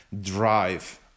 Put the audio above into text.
drive